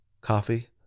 coffee